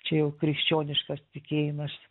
čia jau krikščioniškas tikėjimas